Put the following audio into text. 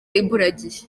imburagihe